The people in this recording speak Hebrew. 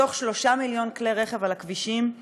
מתוך 3 מיליון כלי רכב על הכבישים,